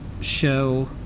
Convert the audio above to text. show